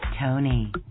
Tony